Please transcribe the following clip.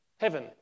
Heaven